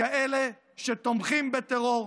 כאלה שתומכים בטרור,